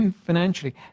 financially